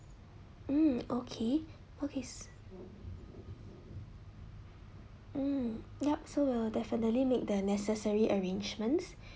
mm okay okay s~ mm yup so we'll definitely make the necessary arrangements